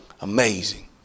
Amazing